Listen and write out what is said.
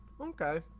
okay